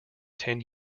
ten